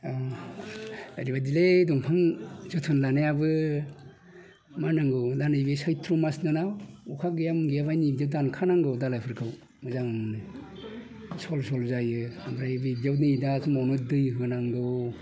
आं ओरैबायदिलै दंफां जोथोन लानायाबो मा होननांगौ दा नैबे सैथ्र' मास दानाव अखा गैया मा गैया दानि दानखानांगौ दालायफोरखौ मोजांनो सल सल जायो ओमफ्राय बिदियाव नै दा समावनो दै होनांगौ